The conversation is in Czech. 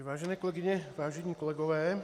Vážené kolegyně, vážení kolegové.